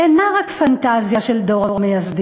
אינה רק פנטזיה של דור המייסדים,